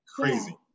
Crazy